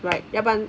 like 要不然